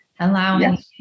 Allowing